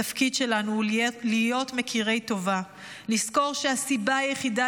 התפקיד שלנו הוא להיות מכירי טובה; לזכור שהסיבה היחידה